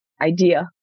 idea